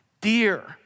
dear